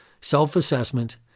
self-assessment